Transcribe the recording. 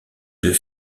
deux